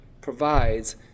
provides